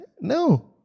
No